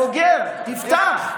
תפתח.